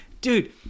dude